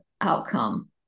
outcome